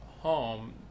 home